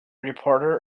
reporter